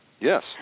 Yes